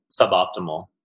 suboptimal